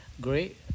Great